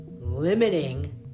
limiting